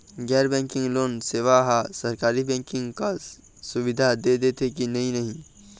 गैर banking loan सेवा हा सरकारी बैंकिंग कस सुविधा दे देथे कि नई नहीं?